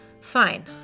Fine